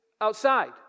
outside